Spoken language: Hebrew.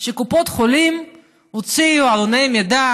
שקופות החולים הוציאו עלוני מידע